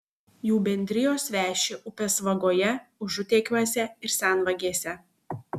jų bendrijos veši upės vagoje užutekiuose ir senvagėse